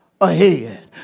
ahead